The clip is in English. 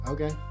Okay